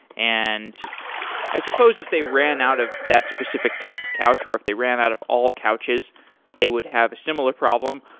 and i suppose if they ran out of that specific type of couch, or if they ran out of all couches they would have a similar problem.